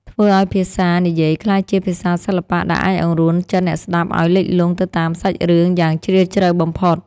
ធ្វើឱ្យភាសានិយាយក្លាយជាភាសាសិល្បៈដែលអាចអង្រួនចិត្តអ្នកស្ដាប់ឱ្យលិចលង់ទៅតាមសាច់រឿងយ៉ាងជ្រាលជ្រៅបំផុត។